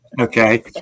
Okay